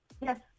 Yes